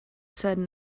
said